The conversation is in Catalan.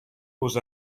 los